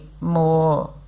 more